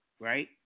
right